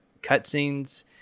cutscenes